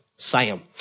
Sam